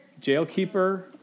Jailkeeper